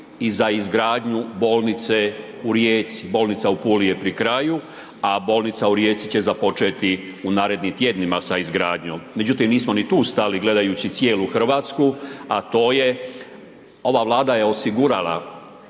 i za izgradnju bolnice u Rijeci, bolnica u Puli je pri kraju, a bolnica u Rijeci će započeti u narednim tjednima sa izgradnjom. Međutim, nismo ni tu stali gledajući cijelu RH, a to je, ova Vlada je osigurala